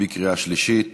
בקריאה שלישית.